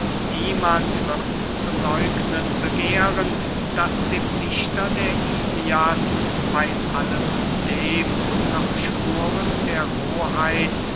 niemand wird zu läugnen begehren daß dem dichter der ilias bey allem dem noch spuren der